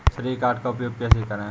श्रेय कार्ड का उपयोग कैसे करें?